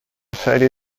serie